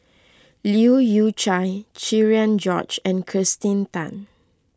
Leu Yew Chye Cherian George and Kirsten Tan